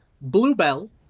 bluebell